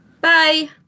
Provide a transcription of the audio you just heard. Bye